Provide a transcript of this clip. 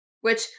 which-